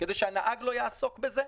כדי שהנהג לא יעסוק בזה.